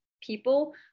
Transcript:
people